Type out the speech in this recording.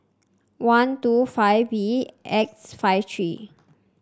one two five B X five three